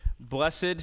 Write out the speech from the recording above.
Blessed